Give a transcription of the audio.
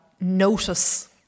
notice